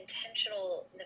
intentional